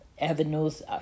avenues